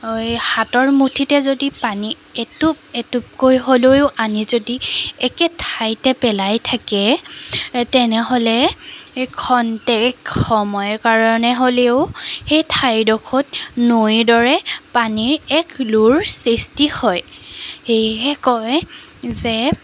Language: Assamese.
হৈ হাতৰ মুঠিতে যদি পানী এটোপ এটোপকৈ হ'লেও আনি যদি একে ঠাইতে পেলাই থাকে তেনেহ'লে ক্ষন্তেক সময়ৰ কাৰণে হ'লেও সেই ঠাইডখৰত নৈৰ দৰে পানীৰ এক লোৰ সৃষ্টি হয় সেয়েহে কয় যে